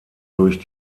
durch